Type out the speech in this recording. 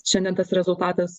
šiandien tas rezultatas